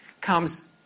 comes